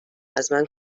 ازمن